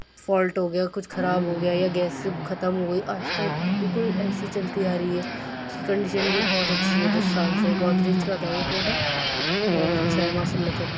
fault ہو گیا کچھ خراب ہو گیا یا گیس ختم ہو گئی آج تک بالکل ایسی چلتی آ رہی ہے اُس کی کنڈیشن بھی بہت اچھی ہے دس سال سے گودریج کا تھا وہ پروڈکٹ بہت اچھا ہے ماشاء اللہ سے